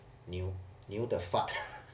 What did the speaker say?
牛牛的 fart